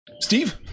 Steve